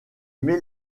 met